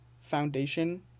foundation